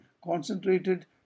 concentrated